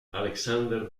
alexander